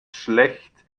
schlecht